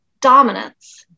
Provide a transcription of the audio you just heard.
dominance